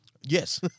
yes